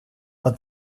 vad